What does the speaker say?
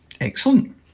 Excellent